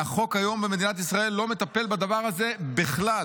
והחוק היום במדינת ישראל לא מטפל בדבר הזה בכלל,